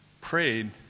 prayed